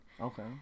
Okay